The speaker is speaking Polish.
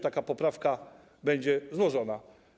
Taka poprawka będzie złożona.